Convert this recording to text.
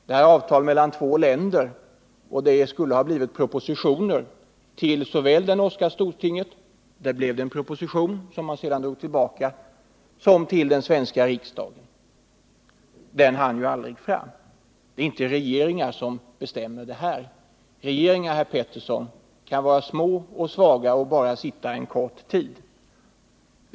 Det är fråga om avtal mellan två länder, och det skulle ha lagts fram en proposition för såväl det norska stortinget som för den svenska riksdagen. I Norge lades det fram en proposition som sedan drogs tillbaka, medan den svenska propositionen aldrig hann fram. Det är inte regeringar som bestämmer här. Regeringar, herr Petersson, kan vara små och svaga och bara sitta en kort tid.